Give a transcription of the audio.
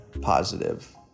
positive